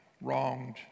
wronged